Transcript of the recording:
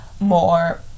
more